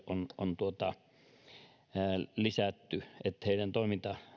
on lisätty että heidän toimintansa